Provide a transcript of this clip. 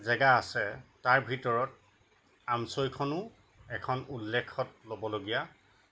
জেগা আছে তাৰ ভিতৰত আমছৈখনো এখন উল্লেখত ল'বলগীয়া